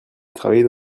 travailler